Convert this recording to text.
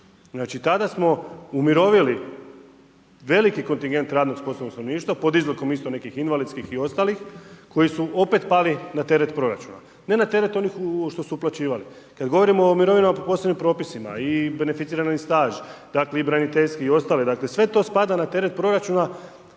Znači tada smo umirovili veliki kontingent radno sposobnog stanovništva pod izlikom isto nekih invalidskih i ostalih koji su opet pali na teret proračuna ne teret onih što su uplaćivali. Kad govorimo o mirovinama po posebnim propisima i beneficirani staž, dakle i braniteljski i ostali, dakle sve to spada na teret proračuna,